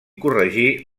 corregir